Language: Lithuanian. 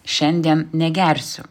šiandien negersiu